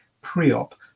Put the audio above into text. pre-op